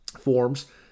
forms